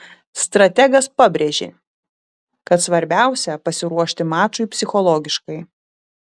strategas pabrėžė kad svarbiausia pasiruošti mačui psichologiškai